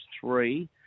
three